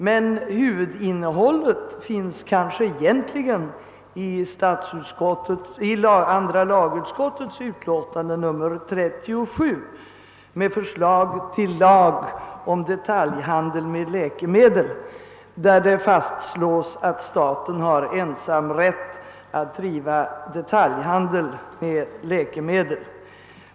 Men huvudinnehållet finns kanske egentli gen i andra lagutskottets utlåtande nr 37 med förslag till lag om detaljhandel med läkemedel, i vilket det fastslås att staten har ensamrätt att driva detaljhandel med läkemedel.